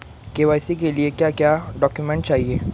KYC के लिए क्या क्या डॉक्यूमेंट चाहिए?